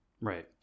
Right